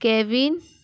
kevin